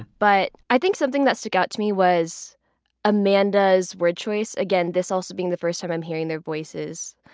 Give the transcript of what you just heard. but i think something that stuck out to me was amanda's word choice. again, this also being the first time i'm hearing their voices.